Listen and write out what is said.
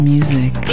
Music